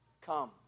come